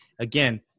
again